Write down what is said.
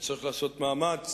וצריך לעשות מאמץ.